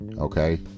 Okay